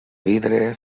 vidre